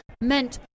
meant